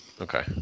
Okay